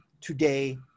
today